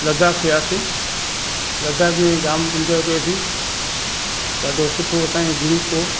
लद्दाख वियासीं लद्दाख में जाम इंजॉय कयोसीं ॾाढो सुठो असांजो ग्रुप हो